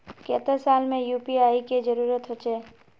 केते साल में यु.पी.आई के जरुरत होचे?